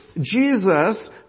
Jesus